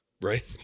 right